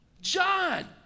John